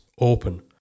open